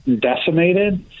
decimated